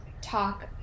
talk